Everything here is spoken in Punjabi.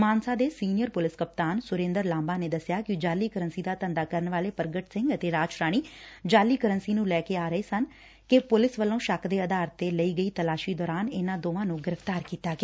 ਮਾਨਸਾ ਦੇ ਸੀਨੀਅਰ ਪੁਲੀਸ ਕਪਤਾਨ ਸੁਰੇਂਦਰ ਲਾਂਬਾ ਨੇ ਦੱਸਿਆ ਕਿ ਜਾਅਲੀ ਕਰੰਸੀ ਦਾ ਧੰਦਾ ਕਰਨ ਵਾਲੇ ਪੁਗਟ ਸਿੰਘ ਅਤੇ ਰਾਜ ਰਾਣੀ ਜਾਅਲੀ ਕਰੰਸੀ ਨੂੰ ਲੈ ਕੇ ਆ ਰਹੇ ਸਨ ਕਿ ਪੁਲੀਸ ਵੱਲੋਂ ਸ਼ੱਕ ਦੇ ਅਧਾਰ ਤੇ ਲਈ ਗਈ ਤਲਾਸੀ ਦੌਰਾਨ ਇਨਾਂ ਨੂੰ ਗ੍ਰਿਫ਼ਤਾਰ ਕੀਤਾ ਗਿਆ